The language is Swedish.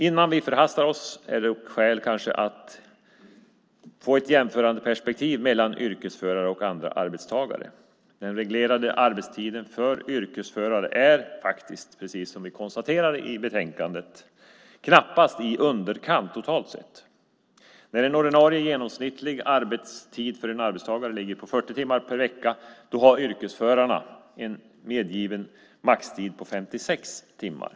Innan vi förhastar oss finns det kanske skäl att få ett jämförande perspektiv mellan yrkesförare och andra arbetstagare. Den reglerade arbetstiden för yrkesförare är faktiskt, precis som vi konstaterar i betänkandet, knappast i underkant totalt sett. När en ordinarie genomsnittlig arbetstid för en arbetstagare ligger på 40 timmar per vecka har yrkesförarna en medgiven maxtid på 56 timmar.